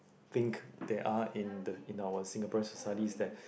think they are in the in our Singaporean society is that